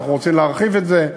ואנחנו רוצים להרחיב את זה.